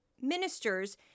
ministers